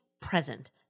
present